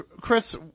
Chris